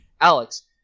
Alex